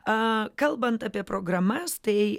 a kalbant apie programas tai